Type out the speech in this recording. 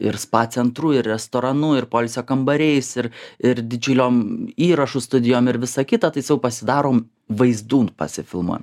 ir spa centru ir restoranu ir poilsio kambariais ir ir didžiuliom įrašų studijom ir visa kita tai sau pasidarom vaizdunt pasifilmuojam